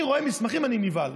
אני רואה מסמכים ואני נבהל.